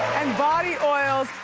and body oils,